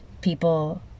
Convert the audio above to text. people